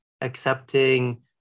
accepting